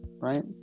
right